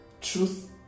truth